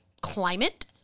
climate